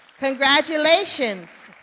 congratulations.